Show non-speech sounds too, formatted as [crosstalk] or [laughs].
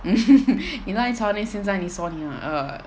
[laughs] 你赖床 then 现在你说你很饿